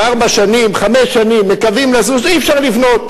שיש לך מחויבות של אמת,